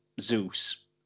Zeus